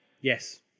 Yes